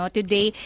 Today